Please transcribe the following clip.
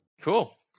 Cool